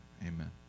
amen